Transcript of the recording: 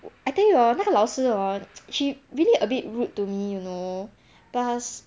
I think you hor 那个老师 hor she really a bit rude to me you know plus